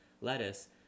lettuce